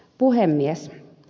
puhemies